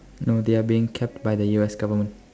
no they are being kept by the U_S government